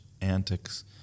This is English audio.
antics